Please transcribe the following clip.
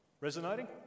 resonating